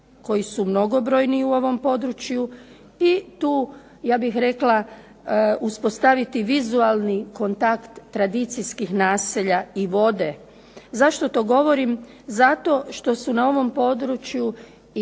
koji su mnogobrojni u ovom području i tu ja bih rekla uspostaviti vizualni kontakt tradicijskih naselja i vode. Zašto to govorim? Zato što su na ovom području i